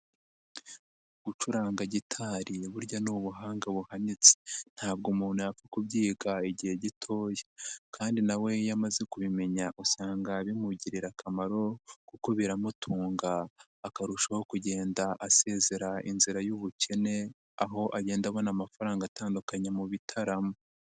Gucuranga gitari burya ni ubuhanga buhanitse, ntabwo umuntu yapfa kubyiga igihe gitoya kandi nawe iyo amaze kubimenya usanga bimugirira akamaro kuko biramutunga akarushaho kugenda asezera inzira y'ubukene, aho agenda abona amafaranga atandukanye mu bitaramo.